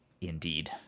indeed